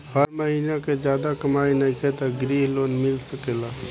हमर महीना के ज्यादा कमाई नईखे त ग्रिहऽ लोन मिल सकेला?